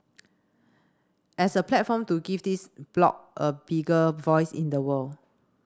as a platform to give this bloc a bigger voice in the world